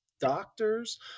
doctors